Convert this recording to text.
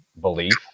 belief